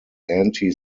anti